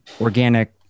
organic